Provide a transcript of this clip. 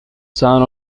son